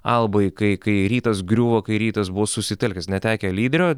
albai kai kai rytas griuvo kai rytas buvo susitelkęs netekę lyderio